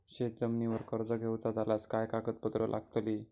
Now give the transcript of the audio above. शेत जमिनीवर कर्ज घेऊचा झाल्यास काय कागदपत्र लागतली?